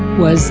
was